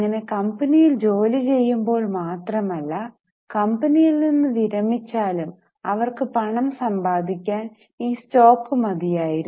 അങ്ങനെ കമ്പനിയിൽ ജോലി ചെയ്യുമ്പോൾ മാത്രമല്ല കമ്പനിയിൽ നിന്ന് വിരമിച്ചാലും അവർക്ക് പണം സമ്പാദിക്കാൻ ഈ സ്റ്റോക് മതിയായിരുന്നു